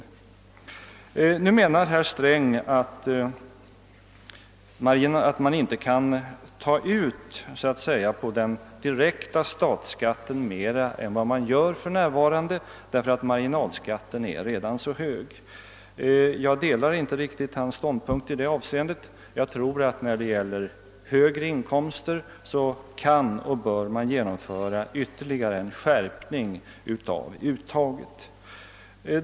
Herr Sträng menar nu att man inte kan ta ut mera i direkt statsskatt än man gör för närvarande, eftersom marginalskatten redan är så hög. Jag delar inte helt hans ståndpunkt i det avseendet; jag tror att man när det gäller högre inkomster kan och bör genomföra en ytterligare skärpning av uttaget.